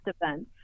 events